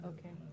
Okay